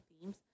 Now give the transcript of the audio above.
themes